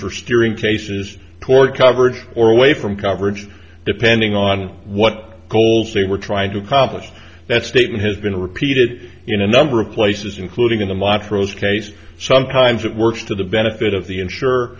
for steering cases toward coverage or away from coverage depending on what goals they were trying to accomplish that statement has been repeated in a number of places including in the montrose case sometimes it works to the benefit of the insure